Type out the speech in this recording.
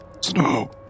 snow